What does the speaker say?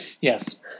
Yes